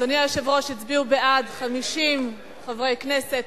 הצביעו בעד 50 חברי כנסת,